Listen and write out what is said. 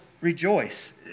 rejoice